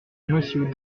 monsieur